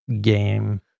game